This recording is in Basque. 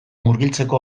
murgiltzeko